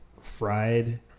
fried